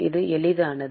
இது எளிதானது